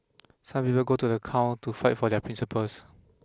some people go to the count to fight for their principles